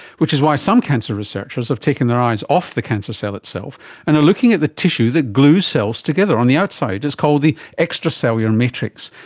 which is why some cancer researchers have taken their eyes off the cancer cell itself and are looking at the tissue that glues cells together on the outside, it's called the extracellular matrix.